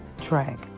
track